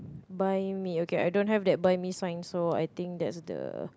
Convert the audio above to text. buy me okay I don't have the buy me sign so I think that's the